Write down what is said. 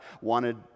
wanted